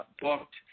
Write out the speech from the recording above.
booked